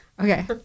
Okay